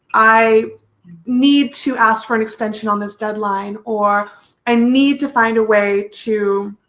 i need to ask for an extension on this deadline or i need to find a way to